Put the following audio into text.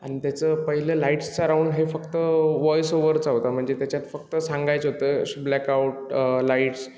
आणि त्याचं पहिला लाईट्सचा राऊंड हे फक्त व्हॉइस ओवरचा होता म्हणजे त्याच्यात फक्त सांगायचं होतं श ब्लॅक आऊट लाईट्स